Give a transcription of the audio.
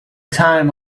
time